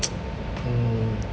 mm